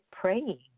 praying